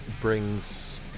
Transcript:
brings